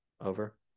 over